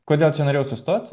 kodėl čia norėjau sustot